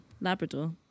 Labrador